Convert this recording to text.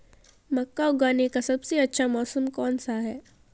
मक्का उगाने का सबसे अच्छा मौसम कौनसा है?